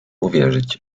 uwierzyć